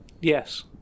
Yes